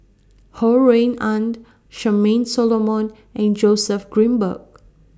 Ho Rui An Charmaine Solomon and Joseph Grimberg